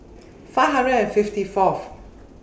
five hundred and fifty Fourth